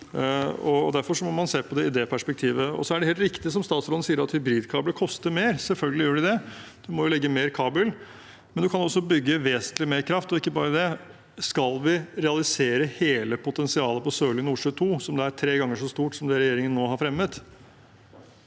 Derfor må man se på det i det perspektivet. Så er det helt riktig, som statsråden sier, at hybridkabler koster mer. Selvfølgelig gjør de det, man må jo legge mer kabel, men man kan også bygge vesentlig mer kraft. Ikke bare det: Skal vi realisere hele potensialet på Sørlige Nordsjø II, som er tre ganger så stort som det regjeringen nå har fremmet,